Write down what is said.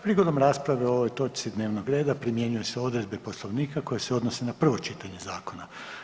Prigodom rasprave o ovoj točci dnevnog reda primjenjuju se odredbe Poslovnika koje se odnose na prvo čitanje zakona.